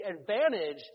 advantage